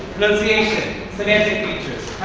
pronunciation, semantic features,